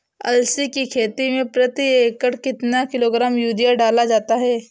अलसी की खेती में प्रति एकड़ कितना किलोग्राम यूरिया डाला जाता है?